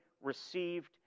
received